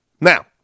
Now